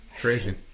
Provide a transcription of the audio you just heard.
Crazy